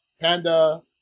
panda